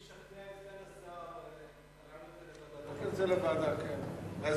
אני אשכנע את סגן השר להעביר את זה לוועדת החינוך.